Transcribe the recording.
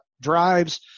drives